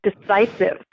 decisive